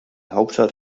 hauptstadt